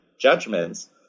judgments